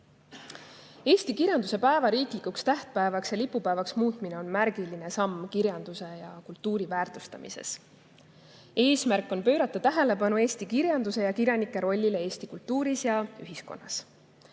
Eesti kirjanduse päeva riiklikuks tähtpäevaks ja lipupäevaks muutmine on märgiline samm kirjanduse ja kultuuri väärtustamises. Eesmärk on pöörata tähelepanu eesti kirjanduse ja kirjanike rollile Eesti kultuuris ja ühiskonnas.